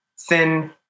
thin